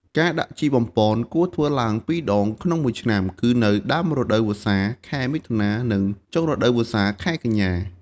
ការដាក់ជីបំប៉នគួរធ្វើឡើងពីរដងក្នុងមួយឆ្នាំ គឺនៅដើមរដូវវស្សា (ខែមិថុនា) និងចុងរដូវវស្សា (ខែកញ្ញា)។